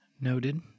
Noted